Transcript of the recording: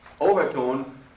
overtone